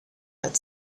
had